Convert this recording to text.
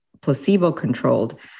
placebo-controlled